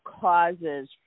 causes